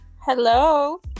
Hello